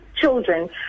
children